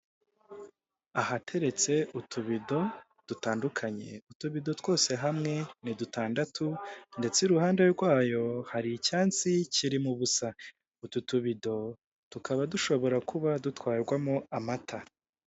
Ahateretse utubido dutandukanye, utubido twose hamwe ni dutandatu ndetse iruhande rwayo hari icyansi kirimo ubusa. Utu tubido tukaba dushobora kuba dutwarwamo amata.